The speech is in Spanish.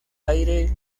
aire